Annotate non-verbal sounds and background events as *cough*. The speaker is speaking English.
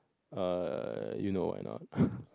err you know why or not *laughs*